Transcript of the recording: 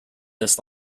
this